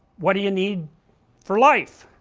what do you need for life?